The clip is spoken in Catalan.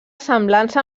semblança